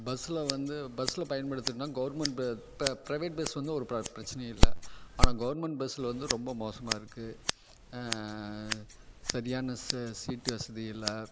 பஸ்ஸில் வந்து பஸ்ஸில் பயன்படுத்தினா கவர்மெண்டு ப பிரைவேட் பஸ் வந்து ஒரு ப பிரச்சனை இல்லை ஆனால் கவர்மெண்ட் பஸ்ஸில் வந்து ரொம்ப மோசமாக இருக்குது சரியான ச சீட்டு வசதி இல்லை